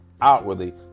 outwardly